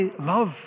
love